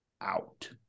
out